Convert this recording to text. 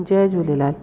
Jay Jhulelal